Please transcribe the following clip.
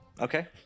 Okay